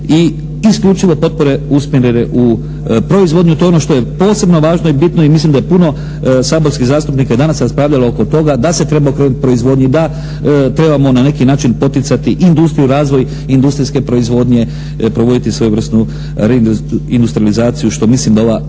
i isključivo potpore usmjerene u proizvodnju. To je ono što je posebno važno i bitno i mislim da je puno saborskih zastupnika i danas raspravljalo oko toga da se treba okrenuti proizvodnji, da trebamo na neki način poticati industriju i razvoj, industrijske proizvodnje provoditi svojevrsnu reindustrijalizaciju, što mislim da ova